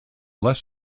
less